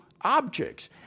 objects